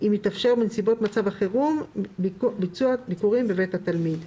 אם מתאפשר בנסיבות מצב החירום ביצוע ביקורים בבית התלמיד,